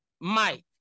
Mike